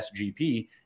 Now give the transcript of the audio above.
SGP